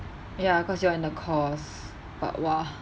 ya cause you all in the course but !wah!